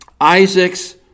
Isaac's